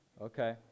Okay